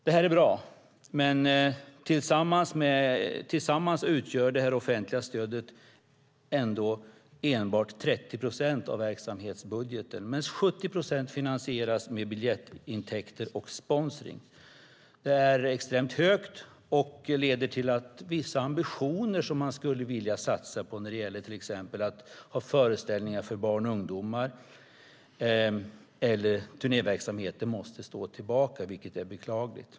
Detta är bra, men tillsammans utgör det offentliga stödet ändå enbart 30 procent av verksamhetsbudgeten medan 70 procent finansieras genom biljettintäkter och sponsring. Det är extremt högt och leder till att ambitionen att satsa på vissa saker, till exempel föreställningar för barn och ungdomar eller turnéverksamheten, måste stå tillbaka. Det är beklagligt.